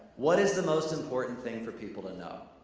what is the most important thing for people to know?